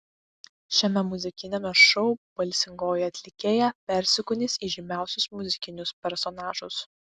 šiame muzikiniame šou balsingoji atlikėja persikūnys į žymiausius muzikinius personažus